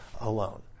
alone